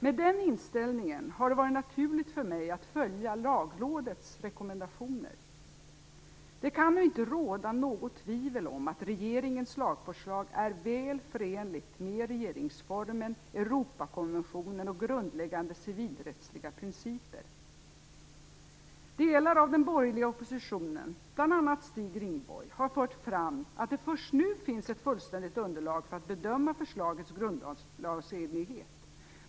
Med den inställningen har det varit naturligt för mig att följa Lagrådets rekommendationer. Det kan nu inte råda något tvivel om att regeringens lagförslag är väl förenligt med regeringsformen, Europakonventionen och grundläggande civilrättsliga principer. Rindborg, har fört fram att det först nu finns ett fullständigt underlag för att bedöma förslagets grundlagsenlighet.